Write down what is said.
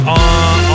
on